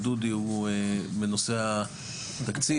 דודי הוא בנושא התקציב,